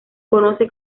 conoce